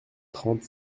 trente